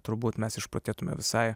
turbūt mes išprotėtume visai